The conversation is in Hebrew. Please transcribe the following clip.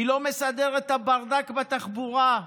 היא לא מסדרת את הברדק בתחבורה,